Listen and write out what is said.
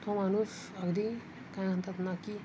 तो माणूस अगदी काय म्हणतात ना की